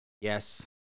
Yes